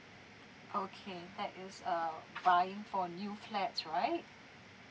okay that is uh buying for new flats right